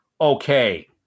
okay